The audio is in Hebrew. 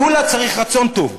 כולה צריך רצון טוב.